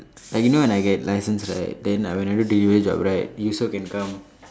like you know when I get license right then when I do delivery job right you also can come